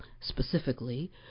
specifically